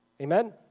Amen